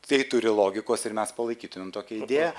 tai turi logikos ir mes palaikytumėm tokią idėją